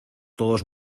todos